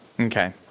Okay